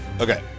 Okay